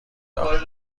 دار